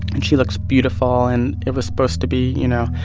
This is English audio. and she looks beautiful. and it was supposed to be, you know,